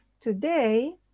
Today